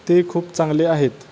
ते खूप चांगले आहेत